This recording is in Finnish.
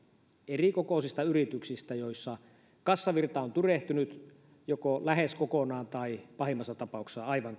erikokoisista yrityksistä joissa kassavirta on tyrehtynyt joko lähes kokonaan tai pahimmassa tapauksessa aivan